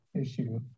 issue